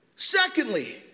Secondly